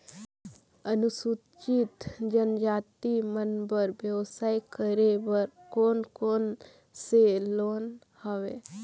अनुसूचित जनजाति मन बर व्यवसाय करे बर कौन कौन से लोन हवे?